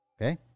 Okay